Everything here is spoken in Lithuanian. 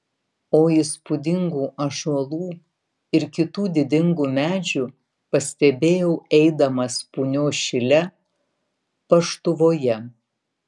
o įspūdingų ąžuolų ir kitų didingų medžių pastebėjau eidamas punios šile paštuvoje